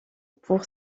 pour